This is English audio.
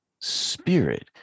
spirit